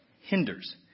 hinders